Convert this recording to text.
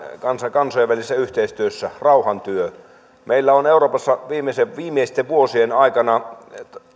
kansojen välisessä yhteistyössä rauhantyötä meillä euroopassa viimeisten viimeisten vuosien aikana